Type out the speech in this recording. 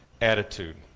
attitude